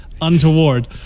untoward